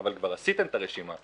אבל כבר עשיתם את הרשימה.